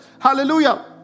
Hallelujah